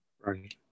right